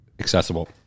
accessible